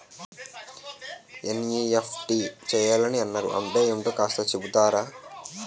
NEFT చేయాలని అన్నారు అంటే ఏంటో కాస్త చెపుతారా?